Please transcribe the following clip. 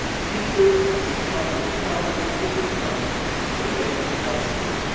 teachers who come with problems and they do not let it fester.